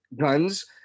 guns